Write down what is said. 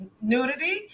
nudity